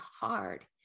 hard